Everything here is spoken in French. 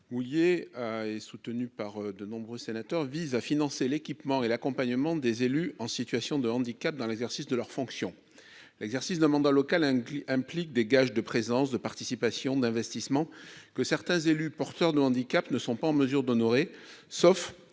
Houllier et soutenu par de nombreux sénateurs vise à financer l'équipement et l'accompagnement des élus en situation de handicap dans l'exercice de leurs fonctions, l'exercice d'un mandat local, hein, qui implique des gages de présence de participation d'investissements que certains élus porteurs de handicaps ne sont pas en mesure d'honorer, sauf